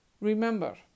Remember